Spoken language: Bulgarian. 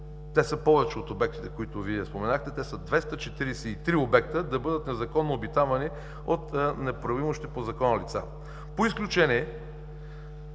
те са повече от обектите, които Вие споменахте, те са 243 обекта, да бъдат незаконно обитавани от неправоимащи по Закона лица. По изключение,